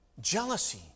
jealousy